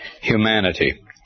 humanity